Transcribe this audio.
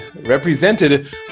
represented